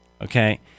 okay